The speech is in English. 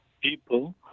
people